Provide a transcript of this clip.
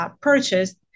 Purchased